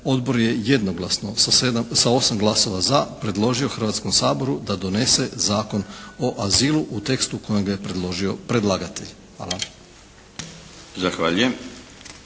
Odbor je jednoglasno sa 8 glasova za predložio Hrvatskom saboru da donese Zakon o azilu u tekstu u kojem ga je predložio predlagatelj. Hvala. **Milinović,